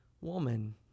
woman